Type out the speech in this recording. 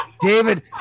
David